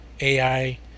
AI